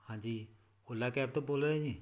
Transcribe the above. ਹਾਂਜੀ ਓਲਾ ਕੈਬ ਤੋਂ ਬੋਲ ਰਹੇ ਜੀ